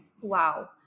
wow